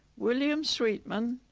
william sweatman.